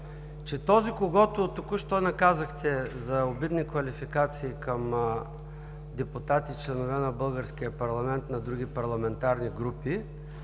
че този, когото току-що наказахте за обидни квалификации към депутати и членове на българския парламент на други парламентарни групи,